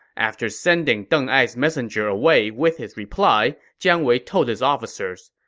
after sending deng ai's messenger away with his reply, jiang wei told his officers,